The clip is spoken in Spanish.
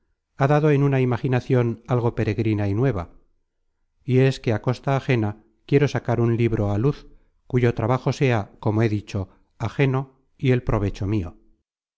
ha dado en una imaginacion algo peregrina y nueva y es que á costa ajena quiero sacar un libro á luz cuyo trabajo sea como he dicho ajeno y el provecho mio